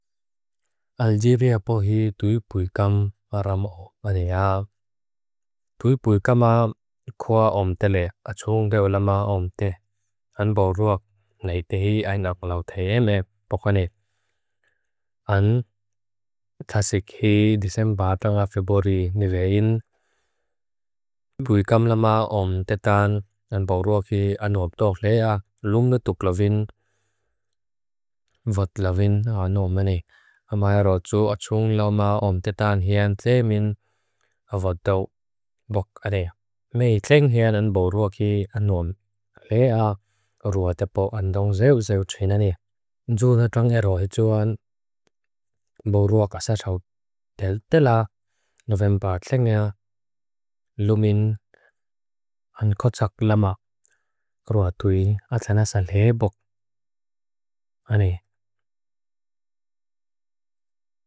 Algeria pohi tuipuikam aram oanea. Tuipuikama koa omtele achungdeo lama omte. An boruak nei tehi ainak lauteeme pokaneet. An tasikhi disembaatanga feburi nivein. Tuipuikam lama omteetan an boruaki anuobdok lea lunga tuklovin. Amea roju achungdeo lama omteetan hian theemin avoddok bokaneet. Mei tling hian an boruaki anuobdok lea ruatepo andong zeu zeu tseinaneet. Dzu na trangeroi joan boruak asasawtela tela novemba tlingea lumin an kotsak lama koruatui atanasal hebok. Ane.